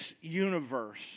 universe